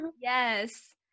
Yes